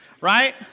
right